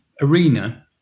arena